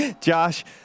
Josh